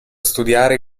studiare